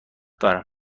دارم